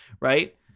right